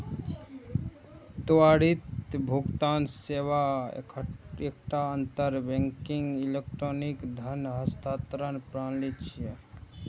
त्वरित भुगतान सेवा एकटा अंतर बैंकिंग इलेक्ट्रॉनिक धन हस्तांतरण प्रणाली छियै